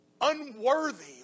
unworthy